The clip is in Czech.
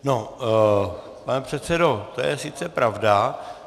No, pane předsedo, to je sice pravda.